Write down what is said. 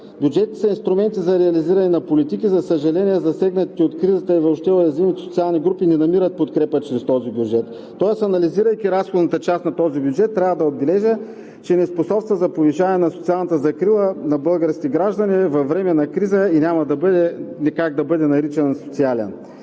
Бюджетите са инструменти за реализиране на политики. За съжаление, засегнатите от кризата и въобще уязвимите социални групи не намират подкрепа чрез този бюджет. Тоест, анализирайки разходната част на този бюджет, трябва да отбележа, че не способства за повишаване на социалната закрила на българските граждани във време на криза и няма как да бъде наричан „социален“.